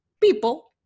people